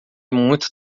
muito